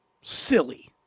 silly